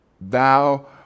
thou